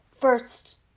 first